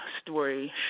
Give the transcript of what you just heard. story